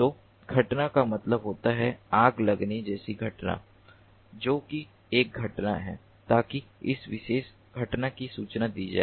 तो घटना का मतलब होता है आग लगने जैसी घटना जो कि एक घटना है ताकि उस विशेष घटना की सूचना दी जाए